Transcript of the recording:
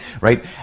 right